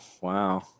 wow